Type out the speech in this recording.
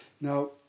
Now